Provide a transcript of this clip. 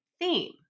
theme